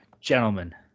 gentlemen